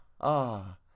ah